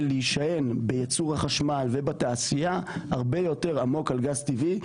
להישען בייצור החשמל ובתעשייה הרבה יותר עמוק על גז טבעי,